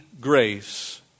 grace